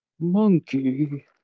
Monkey